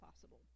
possible